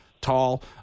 tall